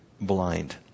blind